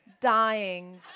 dying